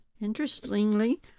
Interestingly